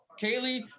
Kaylee